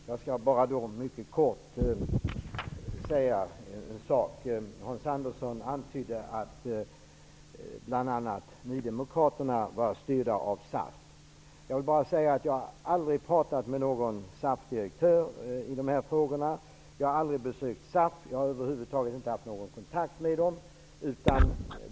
Fru talman! Jag skall bara mycket kort säga en sak. Hans Andersson antydde att bl.a. nydemokraterna skulle vara styrda av SAF. Jag vill bara säga att jag aldrig har pratat med någon SAF-direktör i de här frågorna. Jag har aldrig besökt SAF eller över huvud taget haft någon kontakt med SAF.